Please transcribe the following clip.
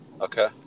Okay